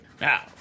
Now